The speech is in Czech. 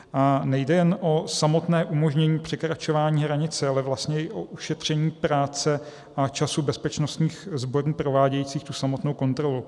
A nejde jen o samotné umožnění překračování hranice, ale vlastně i o ušetření práce a času bezpečnostních sborů provádějících tu samotnou kontrolu.